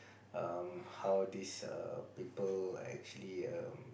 um how this err people actually um